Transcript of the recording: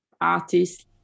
artist